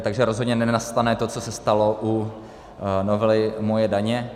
Takže rozhodně nenastane to, co se stalo u novely MOJE daně.